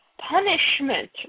punishment